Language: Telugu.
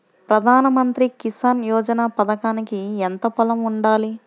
ప్రధాన మంత్రి కిసాన్ యోజన పథకానికి ఎంత పొలం ఉండాలి?